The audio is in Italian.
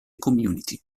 community